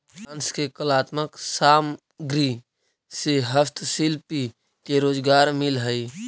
बांस के कलात्मक सामग्रि से हस्तशिल्पि के रोजगार मिलऽ हई